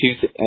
two